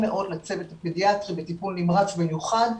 בטיפול נמרץ במיוחד,